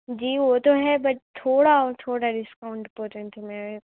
جی وہ تو ہے بٹ تھوڑا اور تھوڑا ڈسکاؤنٹ پر جینٹ میں